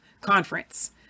conference